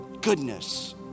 goodness